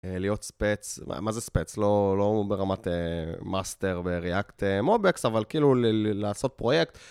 להיות ספץ, מה זה ספץ? לא ברמת מאסטר בריאקט מובייקס אבל כאילו לעשות פרויקט.